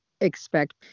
expect